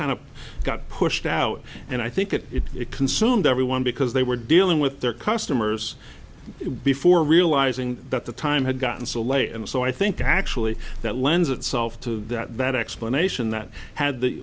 kind of got pushed out and i think that it consumed everyone because they were dealing with their customers before realizing that the time had gotten so late and so i think actually that lends itself to that explanation that had